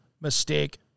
mistake